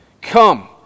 Come